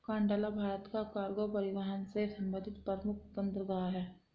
कांडला भारत का कार्गो परिवहन से संबंधित प्रमुख बंदरगाह है